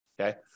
Okay